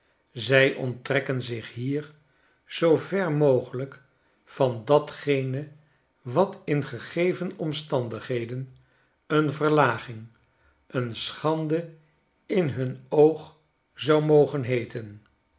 zij onttrekken zich hier zoo ver mogelijk van datgene wat in de gegeven omstandigheden een verlaging een schande in hun oog zou mogen heeten